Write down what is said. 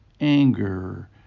anger